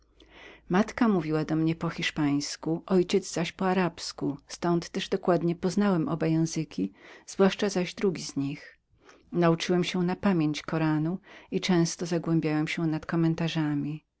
matka mówiła do mnie po hiszpańsku ojciec zaś po arabsku ztąd dokładnie poznałem oba języki zwłaszcza zaś drugi nauczyłem się na pamięć koranu i często zagłębiałem się nad komentarzami od